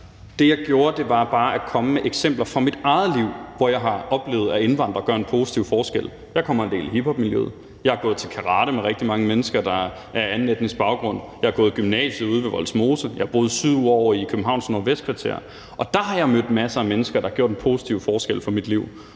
Det, jeg gjorde, var bare at komme med eksempler fra mit eget liv, hvor jeg har oplevet, at indvandrere gør en positiv forskel. Jeg kommer en del i hiphopmiljøet, jeg har gået til karate med rigtig mange mennesker, der er af anden etnisk baggrund, jeg har gået i gymnasiet ude ved Vollsmose, jeg har boet 7 år i Københavns Nordvestkvarter, og der har jeg mødt masser af mennesker, der har gjort en positiv forskel for mit liv,